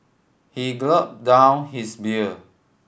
he gulped down his beer